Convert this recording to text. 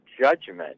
judgment